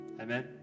Amen